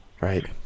Right